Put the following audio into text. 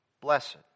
Blessed